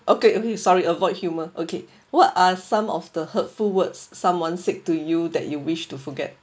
okay okay sorry avoid humour okay what are some of the hurtful words someone said to you that you wish to forget